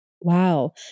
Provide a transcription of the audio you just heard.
wow